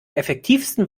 effektivsten